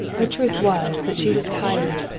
the truth was that she was tired.